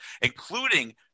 including